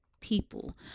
people